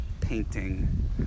painting